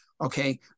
Okay